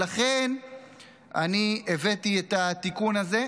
לכן אני הבאתי את התיקון הזה.